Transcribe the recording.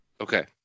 Okay